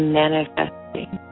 manifesting